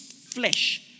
flesh